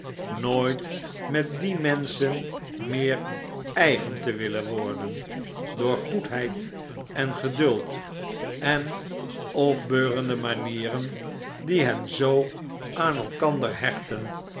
nooit met die menschen meer eigen te willen worden door goedheid en geduld en opbeurende manieren die hen zoo aan elkander hechten